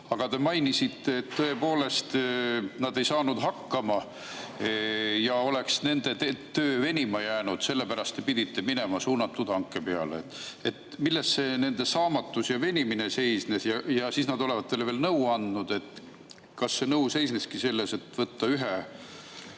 Aga te mainisite, et tõepoolest nad ei saanud hakkama, nende töö oleks venima jäänud ja sellepärast te pidite minema suunatud hanke peale. Milles see nende saamatus ja venimine seisnes? Ja siis nad olevat teile veel nõu andnud. Kas see nõu seisneski selles, et võtta üks